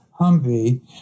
Humvee